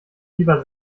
lieber